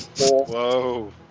Whoa